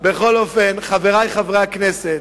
חברי חברי הכנסת,